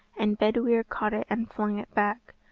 and bedwyr caught it and flung it back,